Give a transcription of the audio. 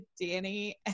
Danny